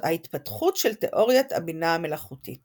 התפתחות של תאוריית הבינה המלאכותית